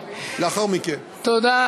רק תן לנו את זה בניתוח של המכללה לביטחון לאומי,